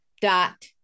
dot